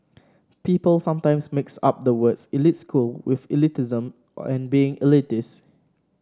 people sometimes mix up the words elite school with elitism or and being elitist